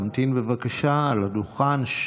תמתין בבקשה על הדוכן.